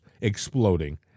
exploding